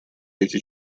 эти